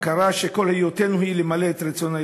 ההכרה שכל היותנו היא למלא את רצון האלוקים.